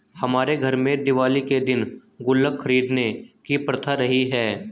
हमारे घर में दिवाली के दिन गुल्लक खरीदने की प्रथा रही है